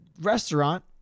restaurant